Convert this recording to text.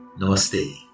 Namaste